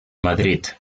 madrid